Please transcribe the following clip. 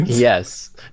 yes